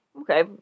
okay